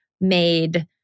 made